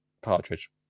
partridge